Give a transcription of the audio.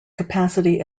capacity